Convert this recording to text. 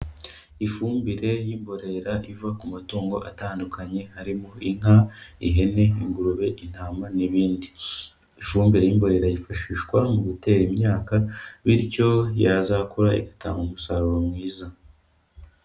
Ifumbire y'imborera iva ku matungo atandukanye, harimo inka, ihene, ingurube, intama n'ibindi. Ifumbire y'imborera yifashishwa mu gutera imyaka bityo yazakura igatanga umusaruro mwiza.